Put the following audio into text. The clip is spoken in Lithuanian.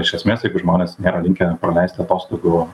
iš esmės jeigu žmonės nėra linkę praleisti atostogų